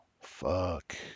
fuck